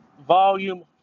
volume